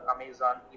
Amazon